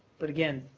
but again,